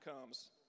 comes